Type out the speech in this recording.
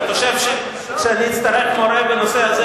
אני חושב שכשאני אצטרך מורה בנושא הזה,